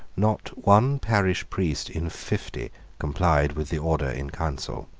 not one parish priest in fifty complied with the order in council